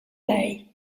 lei